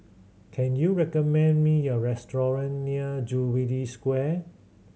can you recommend me a restaurant near Jubilee Square